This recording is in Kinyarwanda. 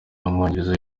w’umwongereza